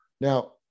now